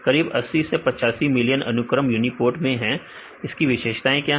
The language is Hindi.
करीब 80 85 मिलियन अनुक्रम यूनीपोर्ट में है इसकी विशेषताएं क्या क्या है